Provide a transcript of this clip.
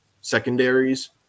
secondaries